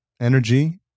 energy